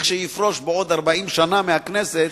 לכשיפרוש בעוד 40 שנה מהכנסת,